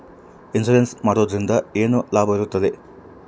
Insurance ಮಾಡೋದ್ರಿಂದ ಏನು ಲಾಭವಿರುತ್ತದೆ?